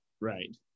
Right